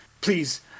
Please